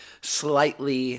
slightly